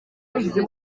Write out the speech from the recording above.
jenoside